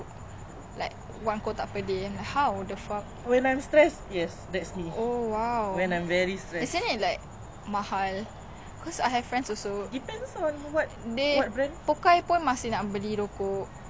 pinjaming the satu batang satu batang thing it's so funny like halfway through class satu batang K minggu depan okay